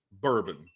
bourbon